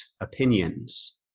opinions